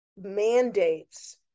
mandates